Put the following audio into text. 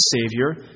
Savior